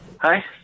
Hi